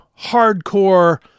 hardcore